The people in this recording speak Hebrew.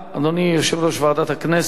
תודה, אדוני יושב-ראש ועדת הכנסת.